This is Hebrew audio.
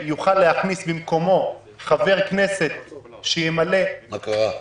שיוכל להכניס במקומו חבר כנסת ------ שלמה קרעי,